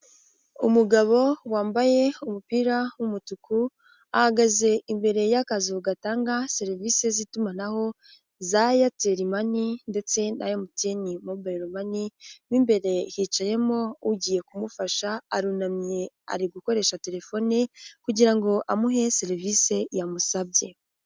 Umugabo wambaye umupira w'umutuku, ahagaze imbere y'akazu gatanga serivise z'itumanaho za Eyateri mani ndetse na MTN mobayiro mani mo imbere hicayemo ugiye kumufasha, arunamye ari gukoresha telefone kugira ngo amuhe serivise yamusabye.